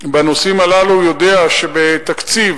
בנושאים הללו יודע, שמתקציב